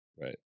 right